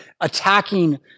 attacking